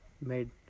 made